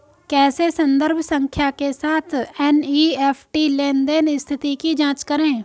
कैसे संदर्भ संख्या के साथ एन.ई.एफ.टी लेनदेन स्थिति की जांच करें?